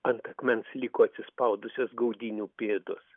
ant akmens liko atsispaudusios gaudynių pėdos